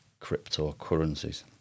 cryptocurrencies